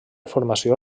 formació